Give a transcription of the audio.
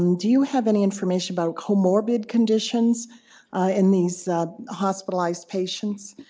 and do you have any information about comorbid conditions in these hospitalized patients?